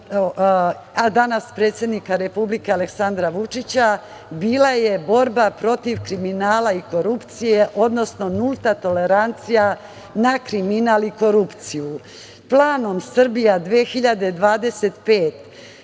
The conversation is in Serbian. i danas predsednika Republike Aleksandra Vučića bila je borba protiv kriminala i korupcije, odnosno nulta tolerancija na kriminal i korupciju. Planom Srbija 2025